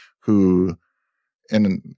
who—and